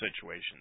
situation